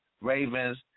Ravens